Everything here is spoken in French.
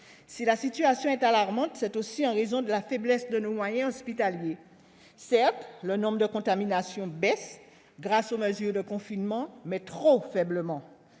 Si la situation est alarmante, c'est aussi en raison de la faiblesse de nos moyens hospitaliers. Certes, le nombre de contaminations baisse grâce aux mesures de confinement, mais trop faiblement.